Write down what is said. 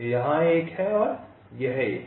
यह एक है और यह एक है